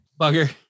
Bugger